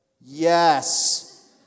Yes